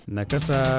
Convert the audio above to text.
Nakasa